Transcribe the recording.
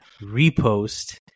repost